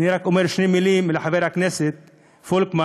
אני רק אומר שתי מילים לחבר הכנסת פולקמן: